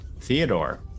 Theodore